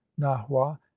nahua